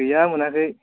गैया मोनाखै